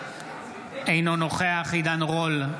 אינו נוכח עידן רול,